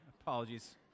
apologies